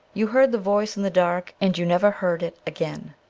you heard the voice in the dark and you never heard it again.